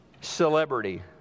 celebrity